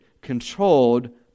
controlled